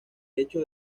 hecho